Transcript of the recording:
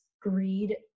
greed